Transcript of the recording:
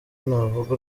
navuga